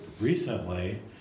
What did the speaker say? recently